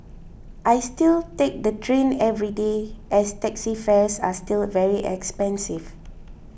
I still take the train every day as taxi fares are still very expensive